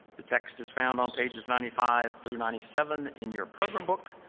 the text is found on pages ninety five through ninety seven in your program book,